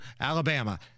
Alabama